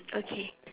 okay